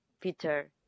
Peter